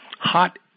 Hot